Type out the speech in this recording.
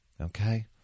Okay